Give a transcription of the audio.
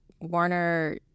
Warner